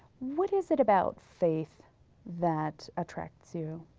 what is it about faith that attracts you?